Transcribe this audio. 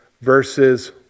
verses